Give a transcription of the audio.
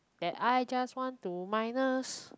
and I just want to minus